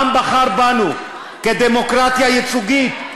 העם בחר בנו כדמוקרטיה ייצוגית,